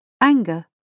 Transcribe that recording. anger